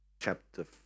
chapter